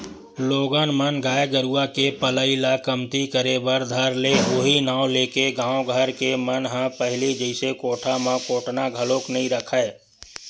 लोगन मन गाय गरुवा के पलई ल कमती करे बर धर ले उहीं नांव लेके गाँव घर के मन ह पहिली जइसे कोठा म कोटना घलोक नइ रखय